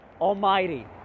Almighty